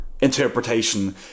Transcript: interpretation